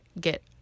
get